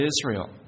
Israel